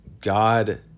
God